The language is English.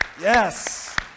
Yes